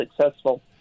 successful